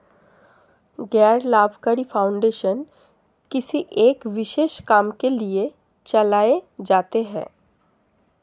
गैर लाभकारी फाउंडेशन किसी एक विशेष काम के लिए चलाए जाते हैं